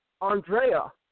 Andrea